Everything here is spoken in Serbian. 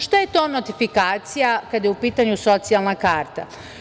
Šta je to notifikacija kada je u pitanju socijalna karta?